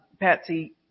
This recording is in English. Patsy